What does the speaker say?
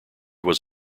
was